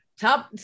Top